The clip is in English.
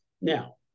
Now